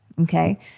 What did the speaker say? okay